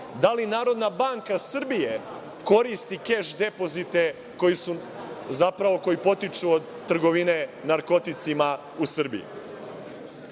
Da li Narodna banka Srbije koristi keš depozite koji zapravo potiču od trgovine narkoticima u Srbiji?